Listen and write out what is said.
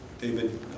David